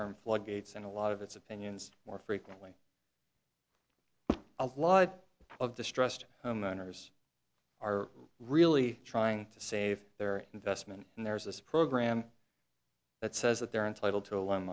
term floodgates in a lot of its opinions more frequently a lot of distrust homeowners are really trying to save their investment and there's this program that says that they're entitled to a